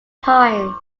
times